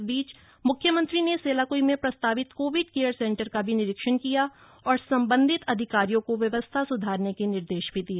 इस बीच मुख्यमंत्री ने सेलाकुई मैं प्रस्तावित कोविड केयर सेंटर का भी निरीक्षण किया और संबंधित अधिकारियों को व्यवस्था सुधारने के निर्देश भी दिए